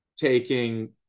taking